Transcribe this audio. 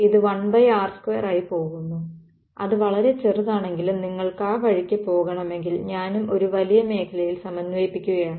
ഇത് 1r2 ആയി പോകുന്നു അത് വളരെ ചെറുതാണെങ്കിലും നിങ്ങൾക്ക് ആ വഴിക്ക് പോകണമെങ്കിൽ ഞാനും ഒരു വലിയ മേഖലയിൽ സമന്വയിപ്പിക്കുകയാണ്